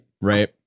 right